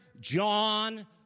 John